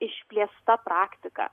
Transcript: išplėsta praktika